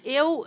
eu